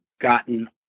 gotten